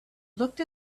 looked